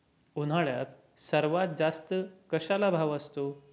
उन्हाळ्यात सर्वात जास्त कशाला भाव असतो?